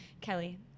Kelly